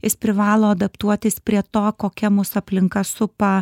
jis privalo adaptuotis prie to kokia mus aplinka supa